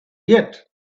yet